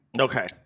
Okay